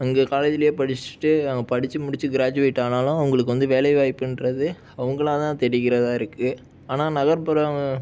அங்கே காலேஜ்ஜுலயே படித்துட்டு அங்கே படித்து முடித்து கிராஜுவேட் ஆனாலும் அவங்களுக்கு வந்து வேலை வாய்ப்புன்றது அவங்களாக தான் தேடிக்கிறதாக இருக்குது ஆனால் நகர்ப்புறம்